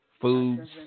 Foods